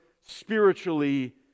spiritually